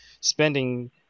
spending